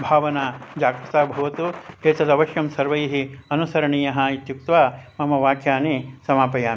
भावना जाता भवतु एतदवश्यं सर्वैः अनुसरणीयः इत्युक्त्वा मम वाक्यानि समापयामि